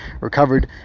recovered